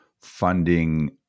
funding